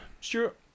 Stuart